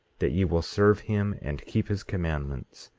that ye will serve him and keep his commandments,